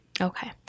Okay